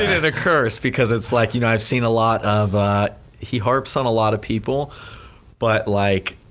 and a curse because it's like you know i've seen a lot of he harps on a lot of people but like,